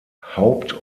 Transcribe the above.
haupt